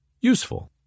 useful